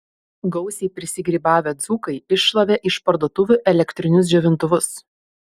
gausiai prisigrybavę dzūkai iššlavė iš parduotuvių elektrinius džiovintuvus